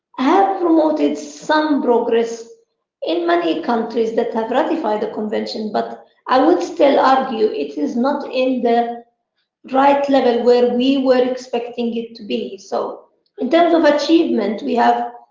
promoted some progress in many countries that have ratified the convention. but i would still argue it is not in the right level where we were expecting it to be. so in terms of achievement we have